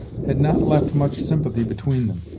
had not left much sympathy between them.